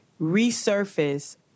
resurface